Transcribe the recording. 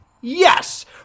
yes